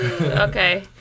Okay